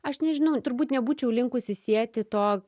aš nežinau turbūt nebūčiau linkusi sieti to